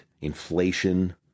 inflation